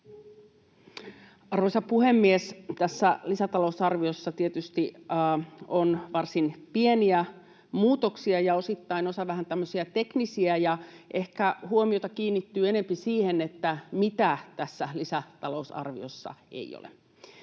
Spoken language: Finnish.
Arvoisa puhemies! Tässä lisätalousarviossa on tietysti varsin pieniä muutoksia ja osittain osa vähän tämmöisiä teknisiä, ja ehkä huomiota kiinnittyy enempi siihen, mitä tässä lisätalousarviossa ei ole.